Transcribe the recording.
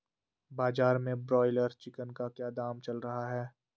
बाजार में broiler chicken का क्या दाम चल रहा है?